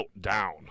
down